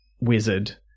wizard